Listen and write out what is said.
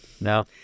no